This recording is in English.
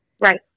Right